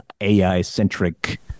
ai-centric